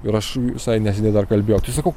ir aš visai neseniai dar kalbėjau tai sakau